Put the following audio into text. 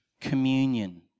communion